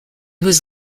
was